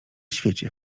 świecie